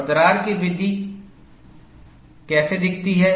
और दरार की वृद्धि कैसे दिखती है